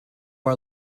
our